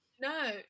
no